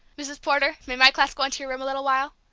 mrs. porter, may my class go into your room a little while?